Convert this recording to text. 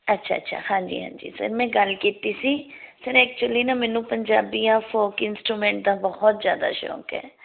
ਅੱਛਾ ਅੱਛਾ ਹਾਂਜੀ ਹਾਂਜੀ ਸਰ ਮੈਂ ਗੱਲ ਕੀਤੀ ਸੀ ਸਰ ਐਕਚੁਲੀ ਨਾ ਮੈਨੂੰ ਪੰਜਾਬੀ ਜਾਂ ਫੋਕ ਇੰਸਟੂਮੈਂਟ ਦਾ ਬਹੁਤ ਜ਼ਿਆਦਾ ਸ਼ੌਂਕ ਹੈ